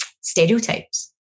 stereotypes